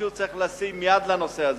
מישהו צריך לשים יד על הנושא הזה.